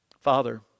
Father